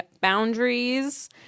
boundaries